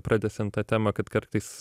pratęsiant tą temą kad kartais